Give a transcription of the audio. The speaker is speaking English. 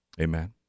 Amen